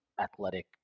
athletic